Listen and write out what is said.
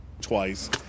twice